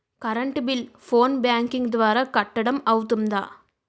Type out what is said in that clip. Current bill phone banking ద్వారా కట్టడం అవ్తుందా?